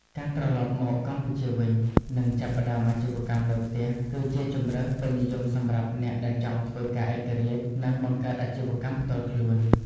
ការត្រឡប់មកកម្ពុជាវិញ និងចាប់ផ្តើមអាជីវកម្មនៅផ្ទះ គឺជាជម្រើស ពេញនិយមសម្រាប់អ្នកដែលចង់ធ្វើការឯករាជ្យ និងបង្កើតអាជីវកម្មផ្ទាល់ខ្លួន។